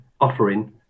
offering